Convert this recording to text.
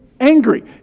angry